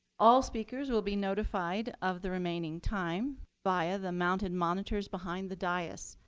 all speakers will be notified of the remaining time via the mounted monitors behind the dais.